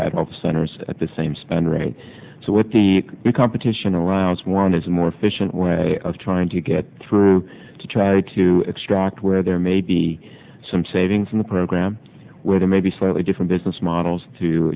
all centers at the same spend rate so with the competition around one is a more efficient way of trying to get through to try to extract where there may be some savings in the program where there may be slightly different business models to